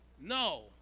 no